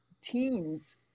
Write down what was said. teens